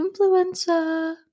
influencer